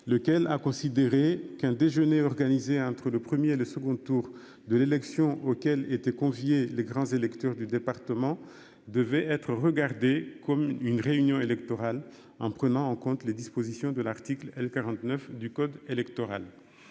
lequel a considéré qu'un déjeuner organisé entre le 1er et le second tour de l'élection, auquel étaient conviés les grands électeurs du département devait être regardée comme une réunion électorale en prenant en compte les dispositions de l'article L-49 du code électoral.